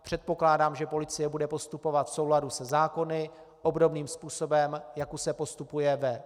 Předpokládám, že policie bude postupovat v souladu se zákony obdobným způsobem, jako se postupuje ve Vrběticích.